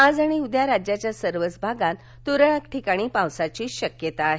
आज आणि उद्या राज्याच्या सर्वच भागात तुरळक ठिकाणी पावसाची शक्यता आहे